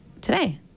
today